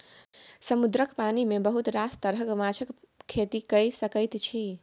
समुद्रक पानि मे बहुत रास तरहक माछक खेती कए सकैत छी